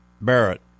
Barrett